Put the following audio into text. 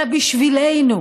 אלא בשבילנו.